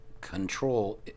control